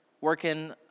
working